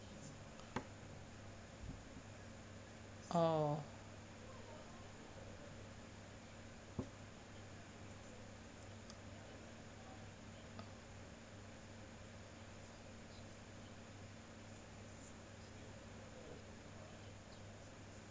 orh